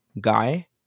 guy